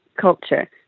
culture